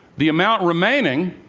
the amount remaining